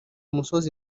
umusozi